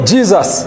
Jesus